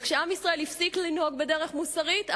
וכשעם ישראל הפסיק לנהוג בדרך מוסרית,